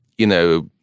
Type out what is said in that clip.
you know,